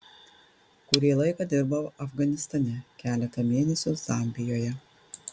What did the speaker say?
kurį laiką dirbau afganistane keletą mėnesių zambijoje